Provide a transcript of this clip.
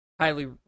highly